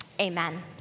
Amen